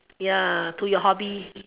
ya to your hobby